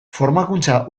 formakuntza